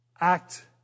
act